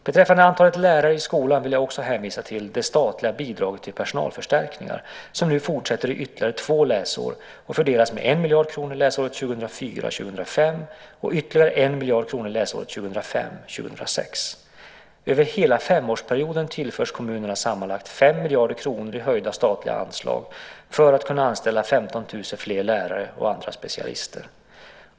Beträffande antalet lärare i skolan vill jag också hänvisa till det statliga bidraget till personalförstärkningar som nu fortsätter i ytterligare två läsår och fördelas med 1 miljard kronor läsåret 2004 06. Över hela femårsperioden tillförs kommunerna sammanlagt 5 miljarder kronor i höjda statliga anslag för att kunna anställa 15 000 fler lärare och andra specialister.